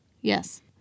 Yes